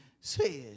says